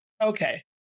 Okay